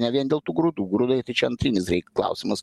ne vien dėl tų grūdų grūdai tai čia antrinis reik klausimas